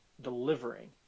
delivering